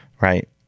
Right